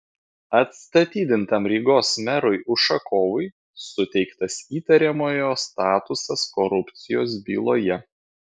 atstatydintam rygos merui ušakovui suteiktas įtariamojo statusas korupcijos byloje